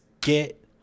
Get